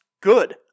good